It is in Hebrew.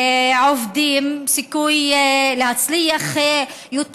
עובדים, סיכוי להצליח יותר.